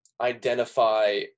identify